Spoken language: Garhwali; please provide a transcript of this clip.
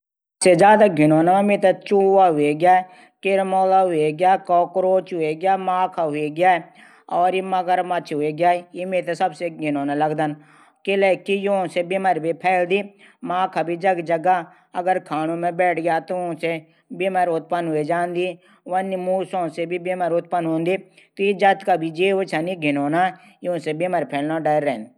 सबसे ज्यादा घिनोना। चूहा हवेग्या किरूमुला हवेग्या। कॉकरोच हवेग्या। माखा हवेग्या। मगरमच्छ हवेग्या। ई मेथे सबसे धिनोना लगदन। इलेकी यू से बिमरी भी फैलदी। जन माखा छन अगर खांणू मा बैठी गे न त। वनी मूसू से भी बिमरी फैलदी। इले जतखा भी घिनोना जीव छन यू बिमरी कारण भी बण सकद्न।